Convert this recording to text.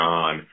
on